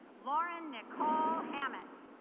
lauren nicole hammett